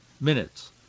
minutes